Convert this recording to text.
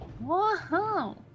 Wow